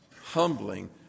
humbling